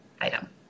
item